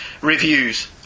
reviews